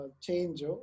change